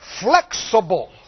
flexible